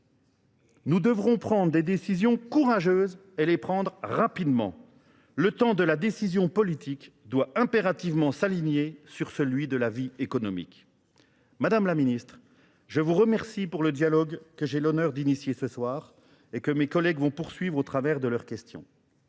Nous devrons prendre des décisions courageuses et les prendre rapidement. Le temps de la décision politique doit impérativement s'aligner sur celui de la vie économique. Madame la Ministre, je vous remercie pour le dialogue que j'ai l'honneur d'initier ce soir et que mes collègues vont poursuivre au travers de leurs questions.